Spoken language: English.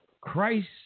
Christ